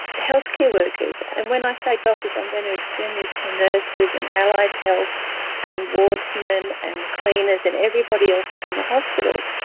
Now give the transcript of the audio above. healthcare workers, and when i say doctors, i'm going to extend this to nurses and allied health and wardsmen and cleaners and everybody else in the hospital,